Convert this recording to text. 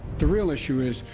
the real issue is,